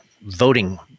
voting